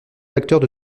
facteurs